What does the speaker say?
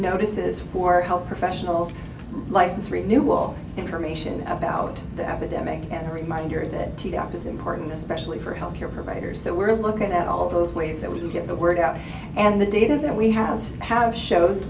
notices for health professionals license renewal information about the epidemic and a reminder that teac is important especially for healthcare providers that we're looking at all those ways that we can get the word out and the didn't we have to have shows